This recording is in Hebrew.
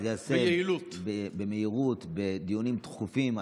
שזה ייעשה במהירות, בדיונים תכופים.